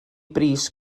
bris